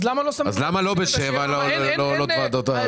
אז למה לא עולות הודעות מכרזים ב"בשבע"?